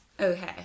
Okay